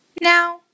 Now